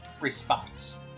response